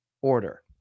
order